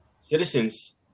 citizens